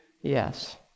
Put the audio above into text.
yes